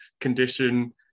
condition